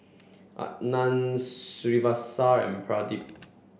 Anand Srinivasa and Pradip